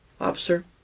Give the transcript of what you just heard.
officer